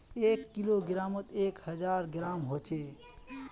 एक किलोग्रमोत एक हजार ग्राम होचे